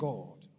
God